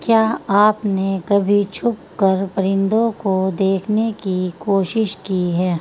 کیا آپ نے کبھی چھپ کر پرندوں کو دیکھنے کی کوشش کی ہے